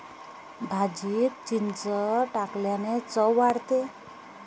भाजीत चिंच टाकल्याने चव वाढते